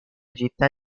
città